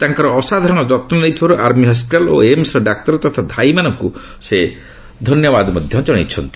ତାଙ୍କର ଅସାଧାରଣ ଯନ୍ ନେଇଥିବାରୁ ଆର୍ମି ହସ୍କିଟାଲ୍ ଓ ଏମସ୍ର ଡାକ୍ତର ତଥା ଧାଇମାନଙ୍କୁ ସେ ମଧ୍ୟ ଧନ୍ୟବାଦ ଜଣାଇଛନ୍ତି